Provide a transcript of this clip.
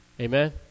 Amen